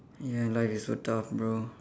ya life is so tough bro